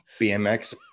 BMX